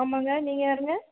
ஆமாங்க நீங்கள் யாருங்க